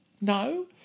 no